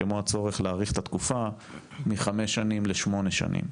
כמו הצורך להאריך את התקופה מחמש שנים לשמונה שנים.